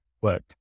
work